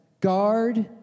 guard